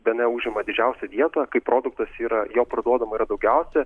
gana užima didžiausią vietą kai produktas yra jo parduodama yra daugiausia